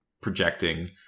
projecting